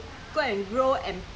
let them don't have any choice